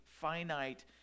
finite